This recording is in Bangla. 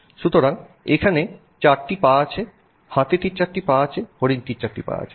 সুতরাং এখানে চারটি পা আছে হাতিটির চারটি পা আছে হরিণটির চারটি পা আছে